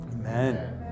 Amen